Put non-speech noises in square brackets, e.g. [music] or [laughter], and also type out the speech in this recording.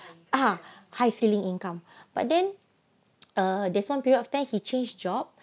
ah high ceiling income but then [noise] err there's one period of time he changed job